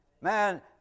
Man